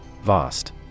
Vast